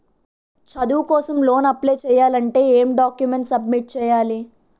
చదువు కోసం loan apply చేయాలి అంటే ఎం డాక్యుమెంట్స్ సబ్మిట్ చేయాలి?